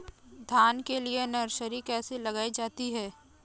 धान के लिए नर्सरी कैसे लगाई जाती है?